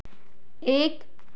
एक